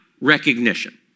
recognition